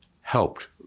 helped